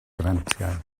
grantiau